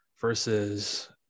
versus